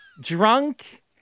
drunk